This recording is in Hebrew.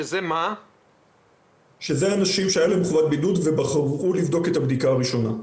אלה אנשים שהייתה להם חובת בידוד והם בחרו להיבדק בבדיקה הראשונה.